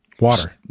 water